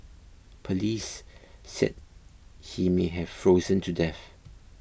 police said he may have frozen to death